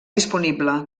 disponible